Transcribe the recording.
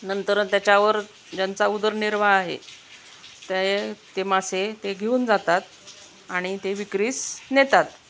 नंतर त्याच्यावर ज्यांचा उदरनिर्वाह आहे ते ते मासे ते घेऊन जातात आणि ते विक्रीस नेतात